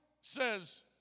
says